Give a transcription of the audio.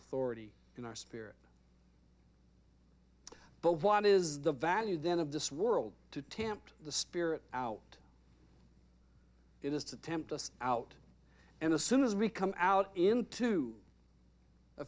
authority in our sphere but what is the value then of this world to tempt the spirit out it is to tempt us out and the soon as we come out into a